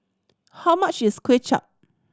how much is Kway Chap